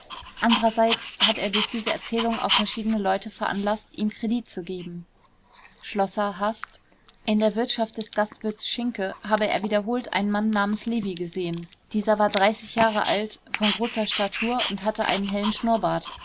andererseits hat er durch diese erzählungen auch verschiedene leute veranlaßt ihm kredit zu geben schlosser hast in der wirtschaft des gastwirts schinke habe er wiederholt einen mann namens lewy gesehen dieser war jahre alt von großer statur und hatte einen hellen schnurrbart